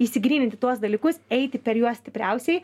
išsigryninti tuos dalykus eiti per juos stipriausiai